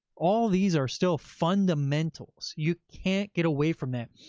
all these are still fundamentals. you can't get away from that.